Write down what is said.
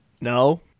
No